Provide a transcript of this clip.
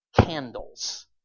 candles